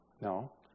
No